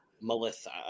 Melissa